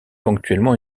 ponctuellement